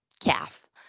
calf